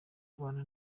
kubana